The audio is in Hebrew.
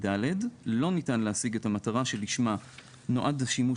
(ד) לא ניתן להשיג את המטרה שלשמה נועד השימוש